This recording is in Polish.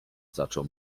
zaczął